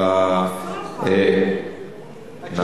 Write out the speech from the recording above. עשו סולחה.